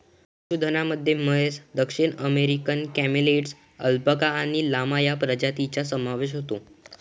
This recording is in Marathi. पशुधनामध्ये म्हैस, दक्षिण अमेरिकन कॅमेलिड्स, अल्पाका आणि लामा या प्रजातींचा समावेश होतो